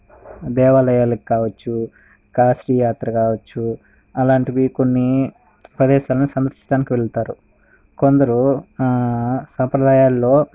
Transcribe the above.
దేవాలయాలకు కావచ్చు కాశీ యాత్ర కావచ్చు అలాంటివి కొన్ని ప్రదేశాలని సందర్శించడానికి వెళ్తారు కొందరు సంప్రదాయాల్లో